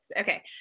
Okay